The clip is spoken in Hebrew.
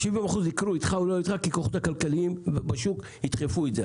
ה-70% יקרו איתך או בלעדיך כי הכוחות הכלכליים בשוק ידחפו את זה.